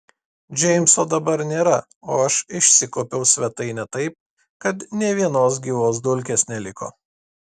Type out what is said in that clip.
džeimso dabar nėra o aš išsikuopiau svetainę taip kad nė vienos gyvos dulkės neliko